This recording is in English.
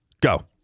Go